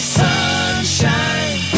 sunshine